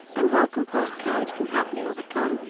and well-composed carriage can happily overcome,